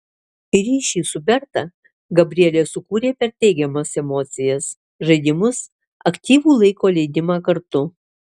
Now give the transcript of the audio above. ryšį su berta gabrielė sukūrė per teigiamas emocijas žaidimus aktyvų laiko leidimą kartu